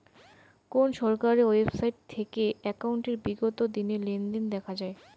কোন সরকারি ওয়েবসাইট থেকে একাউন্টের বিগত দিনের লেনদেন দেখা যায়?